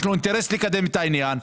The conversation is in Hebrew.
יש לו אינטרס לקדם את העניין.